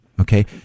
Okay